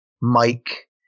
Mike